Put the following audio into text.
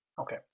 okay